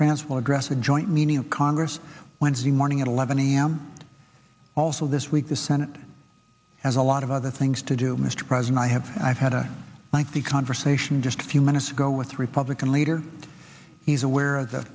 france will address the joint meeting of congress wednesday morning at eleven a m also this week the senate has a lot of other things to do mr president i have i've had a lengthy conversation just a few minutes ago with republican leader he's aware of the